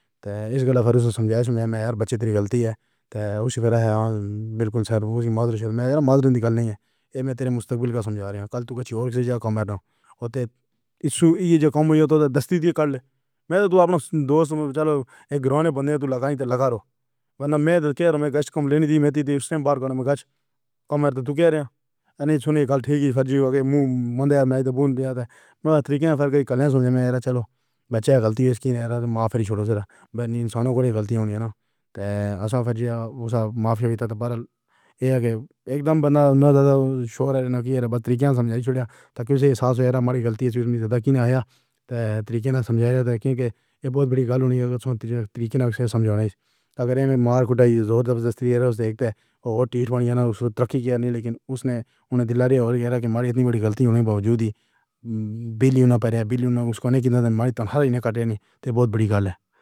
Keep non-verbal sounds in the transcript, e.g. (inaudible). ہے۔ تے اِس طرح سمجھایا جاے میرے بچے دی غلطی ہے اُسنوں پھر بالکل شاید اوہ وی مادری وچ مادر نکلنی ہے۔ اِدھر تیرے مُستقبل دا سمجھا رہے ہن۔ کل تُو کتھے تے کم آؤ۔ تے ایہ جو کم ہو جاندا ہے دس تاریخ کوں گھن۔ میں تاں اپنا دوست اک گراݨیں بندے کوں لگائی تاں لگا رو۔ ورنہ میں تاں خیر وچ کم گھنݨ دی تاں اُس وچ۔ مگر تُو کیہہ کہہ رہیا ہے؟ سݨیے، کل ٹھیک ہی فریبی بندے نے بول دتا سی کہ فرق کل توں ہی میرا چلو۔ بچے غلطی توں معاف نہیں چھوڑو صرف انساناں کوں۔ غلطی ہوݨی چاہیدی ہے ناں۔ اصل وچ زیادہ معافیہ وی تاں پر ایگو اکدم بندا نہ تاں شور ہے نہ کہ ماتریکا سمجھایے۔ چھوڑیا تاکہ اُسنوں صاف ہو جاے کہ میری غلطی اِس مُدعے تے کیوں آئی اے۔ تیرے کوں سمجھایا کہ ایہ وڈی ڳال ہے۔ (hesitation) مثلث کوں سمجھاݨا ہے اگر اساں مار کھٹائی تاں اُسنوں ݙیکھݨ تے ٹِٹ پاݨی یا اُس کوں ترقی کیتی نہیں۔ لیکن اُس نے اُنہاں کوں ݙِلا ݙتا تے کیہا کہ میری اِتنی وڈی غلطی تھیوݨ دے باوجود وی بل جو نہ پئے بل اُسنوں نہ ملا۔ تنہائی نہ کٹ جاݨ تاں وڈی ڳال ہے۔ (hesitation)